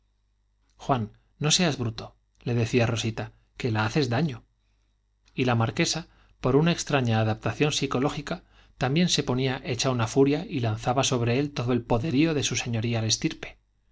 juan no seas bruto le decía rosita que la haces daño y la marquea por una extraña adaptación psicoló gica también se ponía hecha una furia y lanzaba sobre él todo el poderío de su señorial estirpe